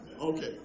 Okay